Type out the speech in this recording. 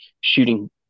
shooting